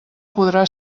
podrà